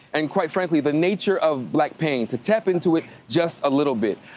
and quite frankly the nature of black pain, to tap into it just a little bit.